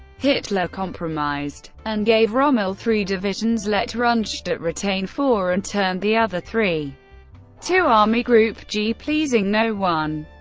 hitler compromised and gave rommel three divisions, let rundstedt retain four and turned the other three to army group g, pleasing no one.